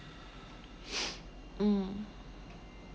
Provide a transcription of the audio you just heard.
mm